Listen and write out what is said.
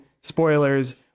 spoilers